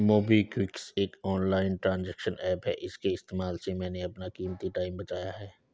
MobiKwik एक online transaction app है इसके इस्तेमाल से मैंने अपना कीमती टाइम बचाया है